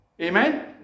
Amen